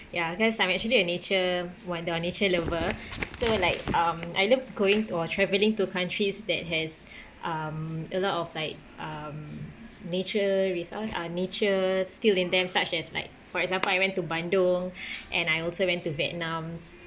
ya cause I'm actually a nature wonder nature lover so like um I love going or travelling to countries that has um a lot of like um nature resor~ uh nature still in them such as like for example I went to bandung and I also went to vietnam